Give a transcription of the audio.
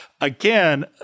again